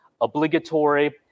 Obligatory